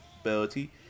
ability